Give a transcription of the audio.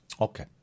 Okay